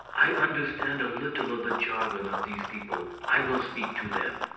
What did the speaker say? i understand a little of the jargon of these people, i will speak to them.